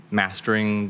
mastering